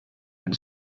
and